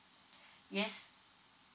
yes